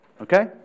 Okay